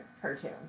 cartoon